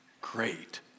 great